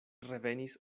revenis